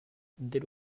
dès